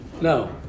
No